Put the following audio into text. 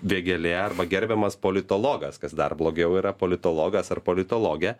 vėgėlė arba gerbiamas politologas kas dar blogiau yra politologas ar politologė